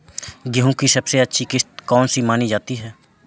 गेहूँ की सबसे अच्छी किश्त कौन सी मानी जाती है?